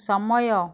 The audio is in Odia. ସମୟ